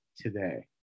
today